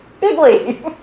bigly